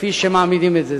כפי שמעמידים את זה.